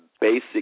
basic